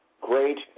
great